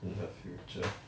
in the future